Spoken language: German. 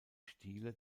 stile